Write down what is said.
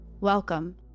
Welcome